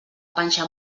panxa